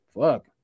fuck